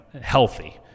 healthy